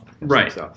Right